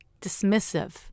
dismissive